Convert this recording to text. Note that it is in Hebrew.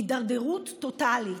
הידרדרות טוטלית.